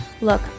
Look